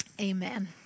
Amen